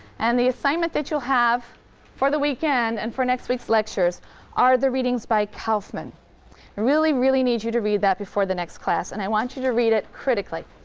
and the assignment that you'll have for the weekend and for next week's lectures are the readings by kaufman. i really, really need you to read that before the next class, and i want you to read it critically.